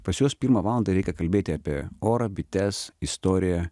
pas juos pirmą valandą reikia kalbėti apie orą bites istorija